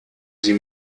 sie